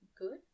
good